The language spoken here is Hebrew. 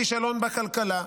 כישלון בכלכלה.